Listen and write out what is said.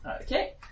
Okay